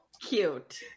cute